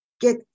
get